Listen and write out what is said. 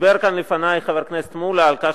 דיבר כאן לפני חבר הכנסת מולה על כך